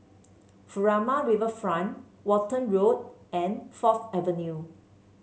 Furama Riverfront Walton Road and Fourth Avenue